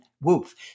Woof